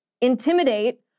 intimidate